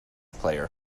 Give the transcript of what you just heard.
player